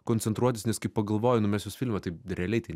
koncentruotis nes kai pagalvoju nu mes jos filme taip realiai tai